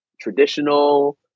traditional